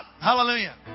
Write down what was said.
Hallelujah